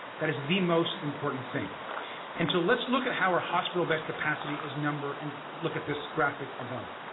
that is the most important thing and so let's look at how our hospital bed capacity is number and look at this graphic above.